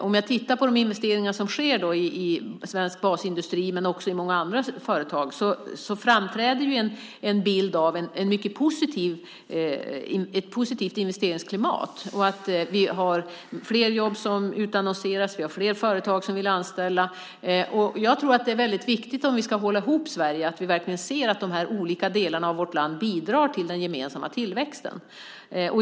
Om jag tittar på de investeringar som sker i svensk basindustri, men också i många andra företag, kan jag se att det framträder en bild av ett mycket positivt investeringsklimat. Vi har fler jobb som utannonseras. Vi har fler företag som vill anställa. Jag tror att det är väldigt viktigt, om vi ska hålla ihop Sverige, att vi verkligen ser att de här olika delarna av vårt land bidrar till den gemensamma tillväxten.